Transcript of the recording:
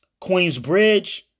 Queensbridge